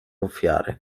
ofiary